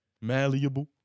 Malleable